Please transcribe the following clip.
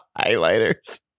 highlighters